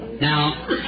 Now